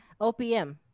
OPM